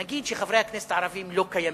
נגיד שחברי הכנסת הערבים לא קיימים.